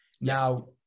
Now